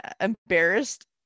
embarrassed